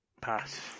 Pass